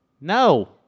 No